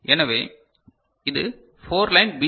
எனவே இது 4 line B